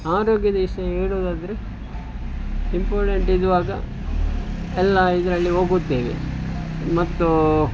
ಆರೋಗ್ಯದ ವಿಷಯ ಹೇಳುದಾದ್ರೆ ಇಂಪೋರ್ಟೆಂಟ್ ಇರುವಾಗ ಎಲ್ಲ ಇದರಲ್ಲಿ ಹೋಗುತ್ತೇವೆ